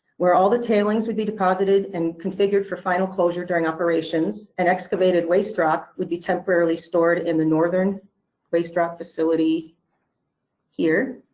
where all the tailings would be deposited and configured for final closure during operations and excavated waste rock would be temporarily stored in the northern waste rock facility here,